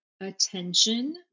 attention